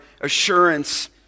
assurance